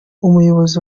umuyobozi